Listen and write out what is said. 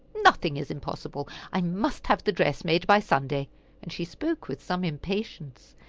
nothing is impossible. i must have the dress made by sunday and she spoke with some impatience.